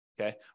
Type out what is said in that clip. okay